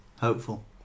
Hopeful